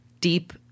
deep